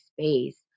space